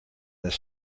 this